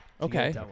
Okay